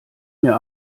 mir